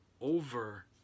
over